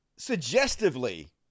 suggestively